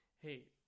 hey